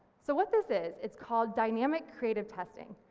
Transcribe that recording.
so what this is it's called dynamic creative testing,